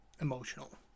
emotional